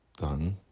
done